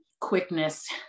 quickness